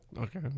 Okay